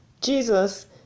Jesus